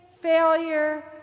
failure